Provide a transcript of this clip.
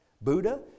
Buddha